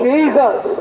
Jesus